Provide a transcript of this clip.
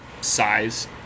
size